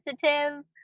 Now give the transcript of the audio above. sensitive